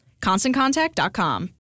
ConstantContact.com